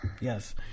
Yes